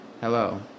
Hello